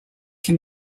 can